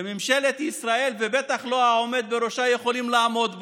ממשלת ישראל ובטח לא העומד בראשה יכולים לעמוד בו.